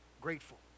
grateful